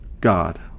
God